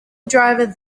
driver